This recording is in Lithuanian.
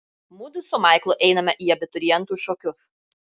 mudu su maiklu einame į abiturientų šokius